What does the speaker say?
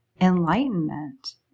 enlightenment